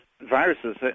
viruses